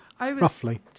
roughly